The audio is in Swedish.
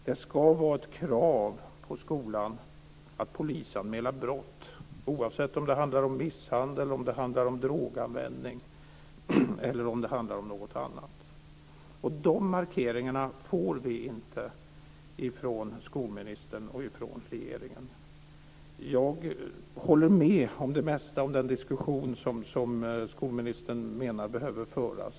Det ska vara ett krav på att skolan ska polisanmäla brott, oavsett om det handlar om misshandel, om droganvändning eller om något annat. Dessa markeringar får vi inte, vare sig från skolministern eller från regeringen. Jag håller med skolministern om att det behöver föras en diskussion.